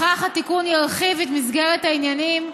בכך התיקון ירחיב את מסגרת העניינים,